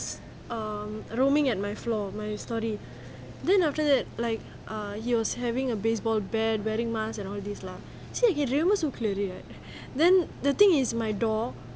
um roaming at my floor my storey then after that like err he was having a baseball bat wearing mask and all these lah see I can remember so clearly right then the thing is my door